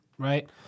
Right